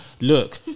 look